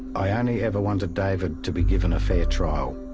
i only ever wanted david to be given a fair trial,